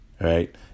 right